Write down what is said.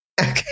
Okay